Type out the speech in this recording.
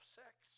sex